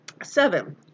Seven